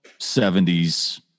70s